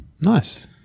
nice